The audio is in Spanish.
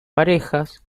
parejas